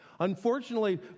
Unfortunately